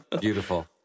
Beautiful